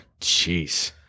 jeez